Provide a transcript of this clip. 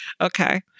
Okay